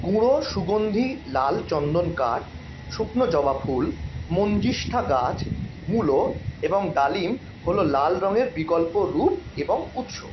গুঁড়ো সুগন্ধি লাল চন্দন কাঠ শুকনো জবা ফুল মঞ্জিষ্ঠা গাছ মুলো এবং ডালিম হল লাল রঙের বিকল্প রুপ এবং উৎস